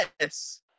Yes